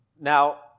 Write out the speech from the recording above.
Now